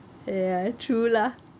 ya true lah